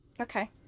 okay